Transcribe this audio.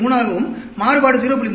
3 ஆகவும் மாறுபாடு 0